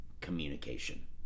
Communication